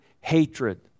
hatred